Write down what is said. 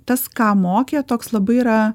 tas ką mokė toks labai yra